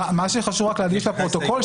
מה שחשוב להדגיש לפרוטוקול,